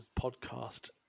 podcast